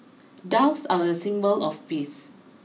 doves are a symbol of peace